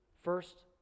First